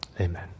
Amen